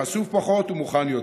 חשוף פחות ומוכן יותר.